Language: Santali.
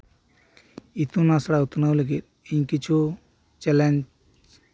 ᱤᱛᱩᱱ ᱟᱥᱲᱟ ᱩᱛᱱᱟᱹᱣ ᱞᱟᱹᱜᱤᱫ ᱤᱧ ᱠᱤᱪᱷᱩ ᱪᱮᱞᱮᱧᱡᱽ